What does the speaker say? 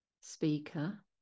speaker